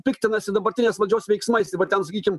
piktinasi dabartinės valdžios veiksmais tai va ten sakykim